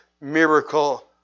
miracle